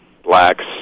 Blacks